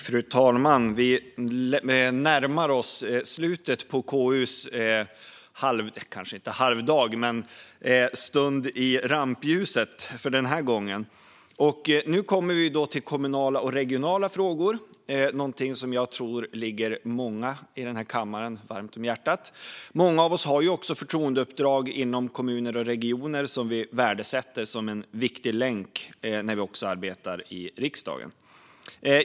Fru talman! Vi närmar oss slutet på KU:s kanske inte halvdag men stund i rampljuset för den här gången. Nu har vi kommit till kommunala och regionala frågor, någonting som jag tror ligger många i den här kammaren varmt om hjärtat. Många av oss har förtroendeuppdrag också inom kommuner och regioner som vi värdesätter som en viktig länk när vi arbetar i riksdagen.